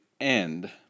end